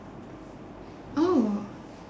oh